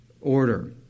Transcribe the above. order